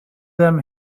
them